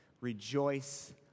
Rejoice